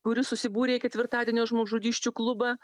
kuri susibūrė į ketvirtadienio žmogžudysčių klubą